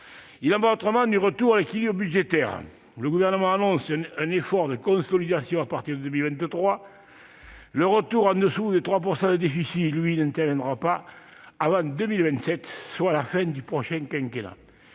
en va autrement du retour à l'équilibre budgétaire. Le Gouvernement annonce un « effort de consolidation » à partir de 2023. Le retour en dessous des 3 % de déficit, lui, n'interviendrait pas avant 2027, soit la fin du prochain quinquennat.